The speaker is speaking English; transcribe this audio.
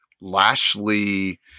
Lashley